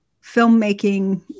filmmaking